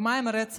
ומה עם רצח?